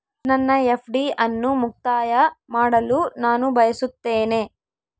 ನನ್ನ ಎಫ್.ಡಿ ಅನ್ನು ಮುಕ್ತಾಯ ಮಾಡಲು ನಾನು ಬಯಸುತ್ತೇನೆ